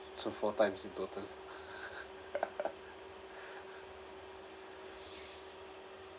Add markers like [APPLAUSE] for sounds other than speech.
so four times in total [LAUGHS]